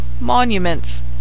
monuments